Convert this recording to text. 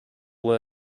were